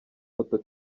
foto